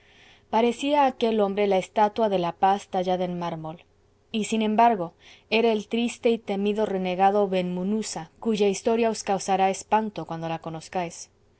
parecía aquel hombre la estatua de la paz tallada en mármol y sin embargo era el triste y temido renegado ben munuza cuya historia os causará espanto cuando la conozcáis